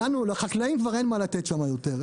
לחקלאים אין מה לתת שם יותר.